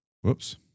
whoops